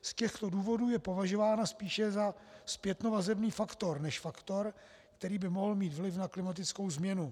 Z těchto důvodů je považována spíše za zpětnovazební faktor než faktor, který by mohl mít vliv na klimatickou změnu.